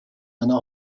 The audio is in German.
einer